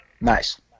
Nice